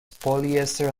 polyester